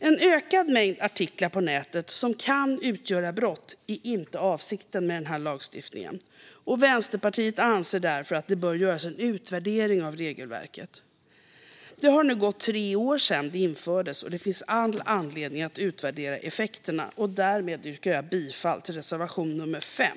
En ökad mängd artiklar på nätet som kan utgöra brott är inte avsikten med den här lagstiftningen. Vänsterpartiet anser därför att det bör göras en utvärdering av regelverket. Det har nu gått tre år sedan det infördes, och det finns all anledning att utvärdera effekterna. Därmed yrkar jag bifall till reservation nummer 5.